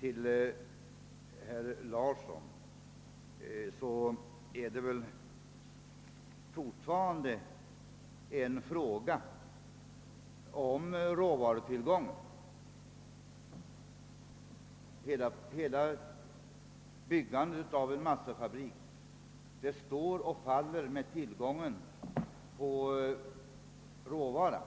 Till herr Larsson i Umeå vill jag säga att det väl fortfarande är en fråga om råvarutillgången. Byggandet av en massafabrik står och faller helt med tillgången på råvara.